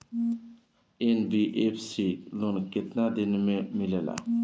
NBFC loan केतना दिन मे मिलेला?